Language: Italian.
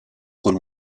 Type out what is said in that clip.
con